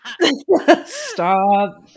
stop